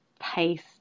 pace